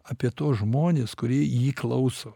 apie tuos žmones kurie jį klauso